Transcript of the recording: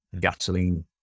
gasoline